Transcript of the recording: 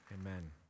Amen